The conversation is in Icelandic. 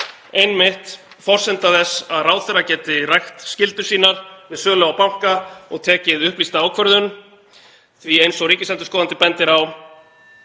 einmitt forsenda þess að ráðherra geti rækt skyldur sínar við sölu á banka og tekið upplýsta ákvörðun? Eins og ríkisendurskoðandi bendir á